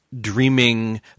dreaming